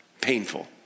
painful